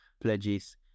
pledges